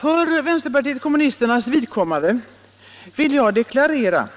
För vänsterpartiet kommunisternas vidkommande vill jag deklarera